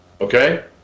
Okay